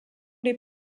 les